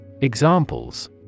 Examples